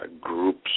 groups